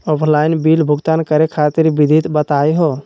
Offline bill भुगतान करे खातिर विधि बताही हो?